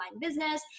business